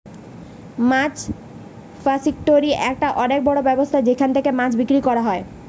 মাছ factory একটা অনেক বড় ব্যবসা যেখান থেকে মাছ বিক্রি করা হয়